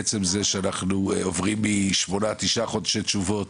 עצם זה שאנחנו עוברים משמונה-שישה חודשי תשובות,